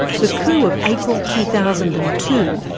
the coup of april two thousand and two,